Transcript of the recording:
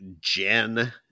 Jen